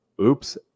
oops